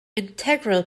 integral